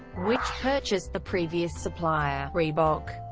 which purchased the previous supplier, reebok.